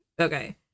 Okay